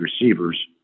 receivers